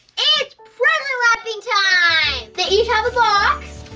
it's present wrapping time! they each have a box,